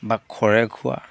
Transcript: বা খৰে খোৱা